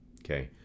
okay